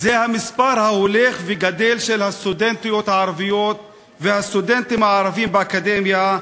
זה המספר ההולך וגדל של הסטודנטיות הערביות והסטודנטים הערבים באקדמיה,